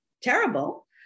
terrible